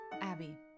Abby